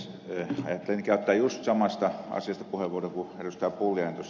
ajattelin käyttää just samasta asiasta puheenvuoron kuin ed